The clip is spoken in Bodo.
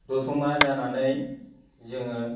दतमा जानानै जोङो